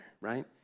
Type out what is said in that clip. right